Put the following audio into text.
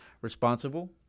responsible